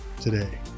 today